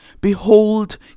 behold